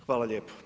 Hvala lijepa.